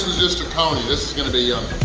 just a coney this is gonna be